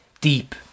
deep